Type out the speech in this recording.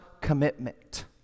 commitment